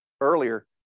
earlier